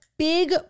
Big